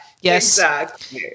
yes